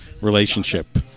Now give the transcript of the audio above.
relationship